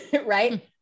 right